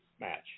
match